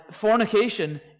fornication